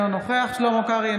אינו נוכח שלמה קרעי,